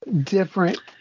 different